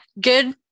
Good